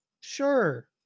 Sure